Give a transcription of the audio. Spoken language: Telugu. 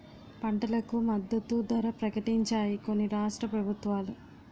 పంటలకు మద్దతు ధర ప్రకటించాయి కొన్ని రాష్ట్ర ప్రభుత్వాలు